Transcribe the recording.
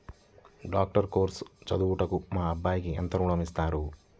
Doctor course చదువుటకు మా అబ్బాయికి ఎంత ఋణం ఇస్తారు?